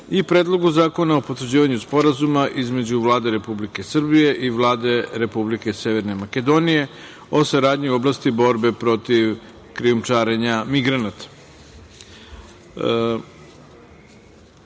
i Predlogu zakona o potvrđivanju Sporazuma između Vlade Republike Srbije i Vlade Republike Severne Makedonije o saradnji u oblasti borbe protiv krijumčarenja